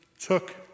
took